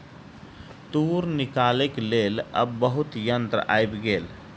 तूर निकालैक लेल आब बहुत यंत्र आइब गेल